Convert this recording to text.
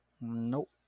Nope